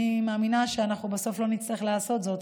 אני מאמינה שאנחנו בסוף לא נצטרך לעשות זאת,